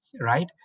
right